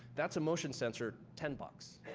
that's a motion sensor ten bucks,